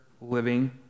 living